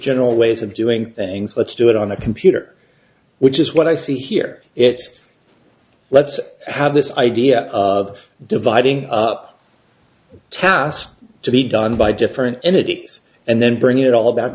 general ways of doing things let's do it on a computer which is what i see here it's let's have this idea of dividing up tasks to be done by different entities and then bring it all back